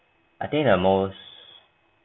I think the most